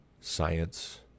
science